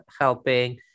helping